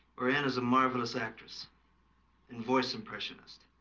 or anna's a marvelous actress and voice impressionist